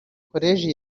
koleji